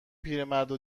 پیرمردو